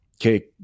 okay